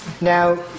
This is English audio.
Now